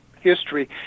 history